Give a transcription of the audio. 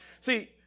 See